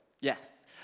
Yes